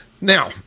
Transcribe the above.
Now